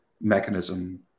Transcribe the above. mechanism